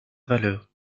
valeur